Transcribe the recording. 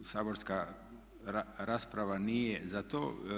Saborska rasprava nije za to.